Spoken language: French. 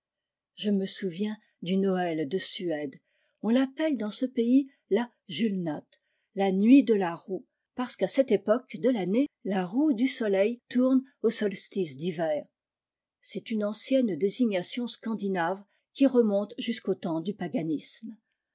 je me souviens du noël de suède on l'appelle dans ce pays la julnat la nuit de la roue parce qu'à cette époque de tannée la roue du soleil tourne au solstice d'hiver c'est une ancienne désignation scandinave qui remonte jusqu'au temps du paganisme